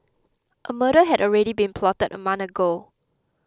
a murder had already been plotted a month ago